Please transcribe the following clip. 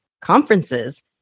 conferences